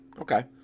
okay